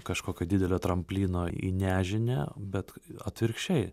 kažkokio didelio tramplyno į nežinią bet atvirkščiai